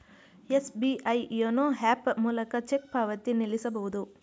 SBI YONO app ಮೂಲಕ cheque ಪಾವತಿ ನಿಲ್ಲಿಸಬಹುದು